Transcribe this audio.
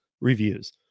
reviews